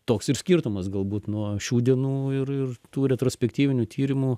toks ir skirtumas galbūt nuo šių dienų ir ir tų retrospektyvinių tyrimų